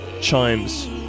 Chimes